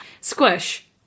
Squish